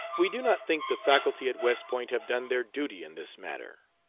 we do not think the faculty at west point have done their duty in this matter.